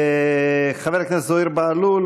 חבר הכנסת זוהיר בהלול,